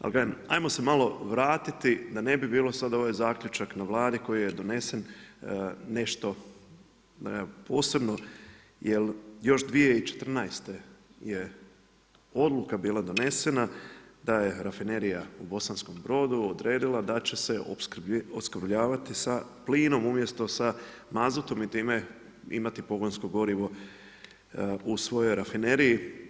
Al kažem, ajmo se malo vratiti, da ne bi bilo sad ovaj zaključak na Vladi koji je donesen, nešto posebno jer još 2014. je odluka bila donesena, da je rafinerija u Bosanskom Brodu da će se opskrbljivati sa plinom, umjesto sa mazutom i time imati pogonsko gorivo u svojoj rafineriji.